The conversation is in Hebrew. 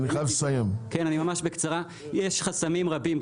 יש חסמים רבים,